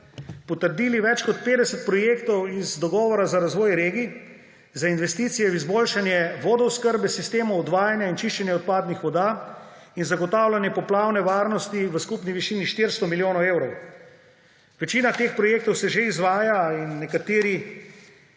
potrdili več kot 50 projektov iz Dogovora za razvoj regij za investicije v izboljšanje vodooskrbe, sistemov odvajanja in čiščenja odpadnih voda in zagotavljanje poplavne varnosti v skupni višini 400 milijonov evrov. Večina teh projektov se že izvaja in bodo